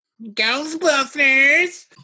ghostbusters